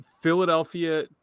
Philadelphia